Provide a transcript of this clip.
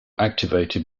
activated